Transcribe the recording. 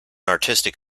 artistic